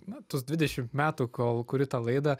na tuos dvidešimt metų kol kuri tą laidą